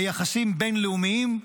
ביחסים בין-לאומיים,